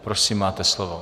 Prosím, máte slovo.